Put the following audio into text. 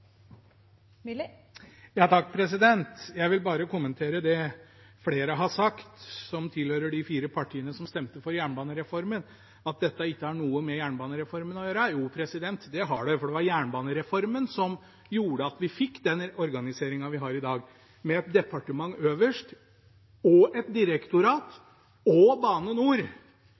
Jeg vil bare kommentere det flere som tilhører de fire partiene som stemte for jernbanereformen, har sagt, at dette ikke har noe med jernbanereformen å gjøre. Jo, det har det, for det var jernbanereformen som gjorde at vi fikk den organiseringen vi har i dag, med et departement øverst, et direktorat og Bane NOR.